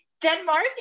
Denmark